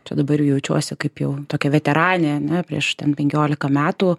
čia dabar jaučiuosi kaip jau tokia veteranė ane prieš ten penkiolika metų